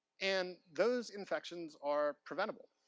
and those infections are preventable.